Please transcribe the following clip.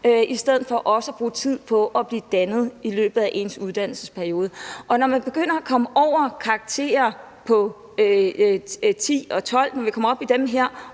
i stedet for at de også kan bruge tid på at blive dannet i løbet af deres uddannelsesperiode. Og når man begynder at komme op på karakterer som 10 og 12 og alene måler på dem, er